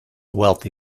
wealthy